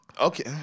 Okay